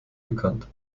bekannt